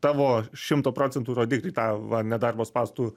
tavo šimto procentų rodiklį tą va nedarbo spąstų